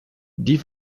die